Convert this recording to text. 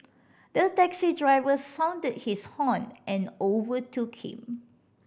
the taxi driver sounded his horn and overtook him